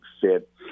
fit